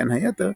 בין היתר,